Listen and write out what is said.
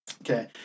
Okay